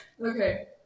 Okay